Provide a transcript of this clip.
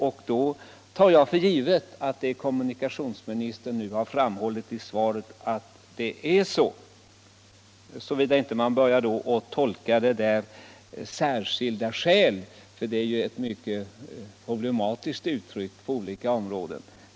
Jag tar då för givet att det är så som kommunikationsministern har framhållit i svaret, såvida man inte börjar tolka detta med ”särskilda skäl”, för det är ju ett mycket problematiskt uttryck på olika områden.